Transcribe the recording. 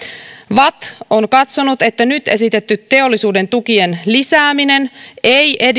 vatt on katsonut että nyt esitetty teollisuuden tukien lisääminen ei